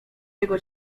jego